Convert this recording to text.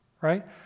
right